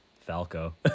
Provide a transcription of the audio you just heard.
Falco